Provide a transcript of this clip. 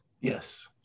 Yes